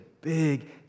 big